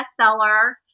bestseller